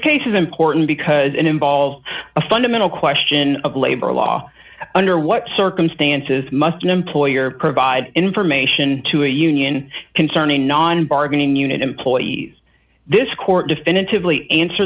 case is important because it involves a fundamental question of labor law under what circumstances must an employer provide information to a union concerning non bargaining unit employees this court definitively answer